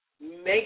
make